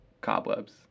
cobwebs